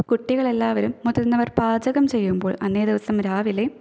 കുട്ടികളെല്ലാവരും മുതിർന്നവർ പാചകം ചെയ്യുമ്പോൾ അന്നേദിവസം രാവിലെ